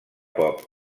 pop